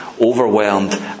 overwhelmed